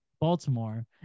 Baltimore